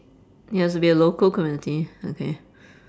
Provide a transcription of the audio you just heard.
it has to be a local community okay